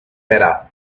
better